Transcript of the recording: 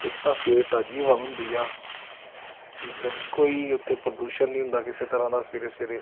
ਇੱਕ ਤਾਂ ਸਵੇਰੇ ਤਾਜ਼ੀ ਹਵਾ ਹੁੰਦੀ ਆ ਠੀਕ ਆ ਜੀ ਕੋਈ ਉੱਥੇ ਪ੍ਰਦੂਸ਼ਣ ਨਹੀਂ ਹੁੰਦਾ ਕਿਸੇ ਤਰ੍ਹਾਂ ਦਾ ਸਵੇਰੇ ਸਵੇਰੇ